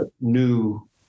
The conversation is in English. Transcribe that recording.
new